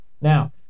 Now